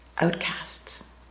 outcasts